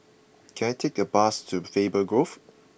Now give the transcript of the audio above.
can I take a bus to Faber Grove